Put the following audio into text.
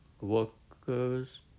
workers